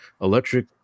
electric